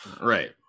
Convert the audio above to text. Right